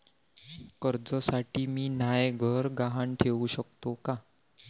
कर्जसाठी मी म्हाय घर गहान ठेवू सकतो का